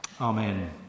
Amen